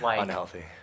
Unhealthy